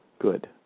Good